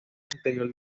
anterior